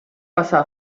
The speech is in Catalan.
passar